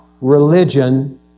religion